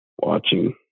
watching